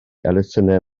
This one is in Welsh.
elusennau